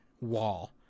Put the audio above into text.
wall